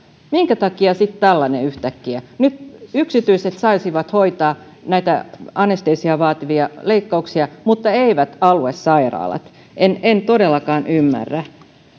minkä takia sitten tällainen yhtäkkiä nyt yksityiset saisivat hoitaa näitä anestesiaa vaativia leikkauksia mutta eivät aluesairaalat en en todellakaan ymmärrä